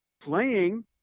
playing